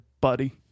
buddy